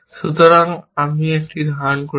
সুতরাং আমি একটি ধারণ করছি